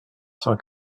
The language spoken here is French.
cent